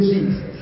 Jesus